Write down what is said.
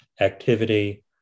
activity